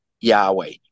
Yahweh